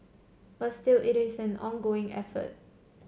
but still it is an ongoing effort